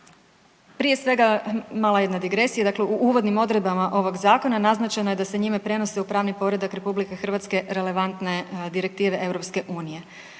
prije svega mala jedna digresija, dakle u uvodnim odredbama ovog zakona naznačeno je da se njime prenose u pravni poredak RH relevantne direktive EU.